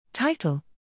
Title